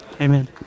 Amen